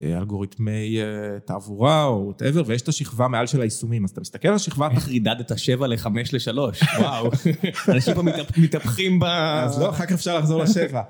אלגוריתמי תעבורה, וואטאבר, ויש את השכבה מעל של היישומים, אז אתה מסתכל על השכבה, אתה חידדת את ה-7 ל-5 ל-3, וואו, אנשים מתהפכים בה, אז לא אחר כך אפשר לחזור ל-7.